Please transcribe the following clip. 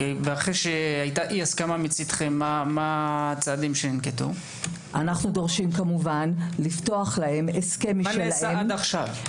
אחרי שהייתה אי הסכמה מצדכם מה הצעדים שננקטו נעשה עד עכשיו?